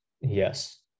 yes